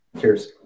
Cheers